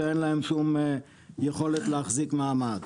שאין להם שום יכולת להחזיק מעמד.